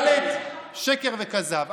ד' שקר וכזב,